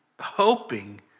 hoping